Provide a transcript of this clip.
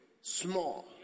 small